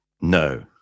No